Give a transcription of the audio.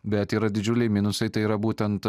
bet yra didžiuliai minusai tai yra būtent